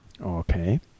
Okay